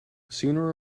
sooner